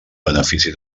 benefici